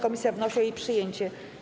Komisja wnosi o jej przyjęcie.